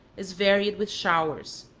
is varied with showers,